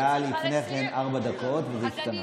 רגע, היה לפני כן ארבע דקות, וזה השתנה.